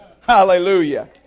Hallelujah